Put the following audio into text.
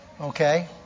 Okay